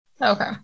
Okay